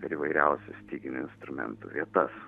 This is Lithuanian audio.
per įvairiausių styginių instrumentų vietas